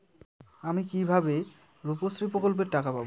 আমি কিভাবে রুপশ্রী প্রকল্পের টাকা পাবো?